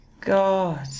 God